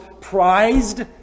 prized